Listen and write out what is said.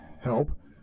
help